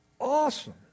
Awesome